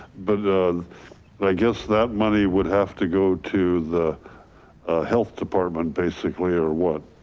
but i guess that money would have to go to the health department basically or what?